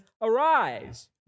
Arise